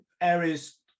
areas